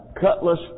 cutlass